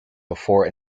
before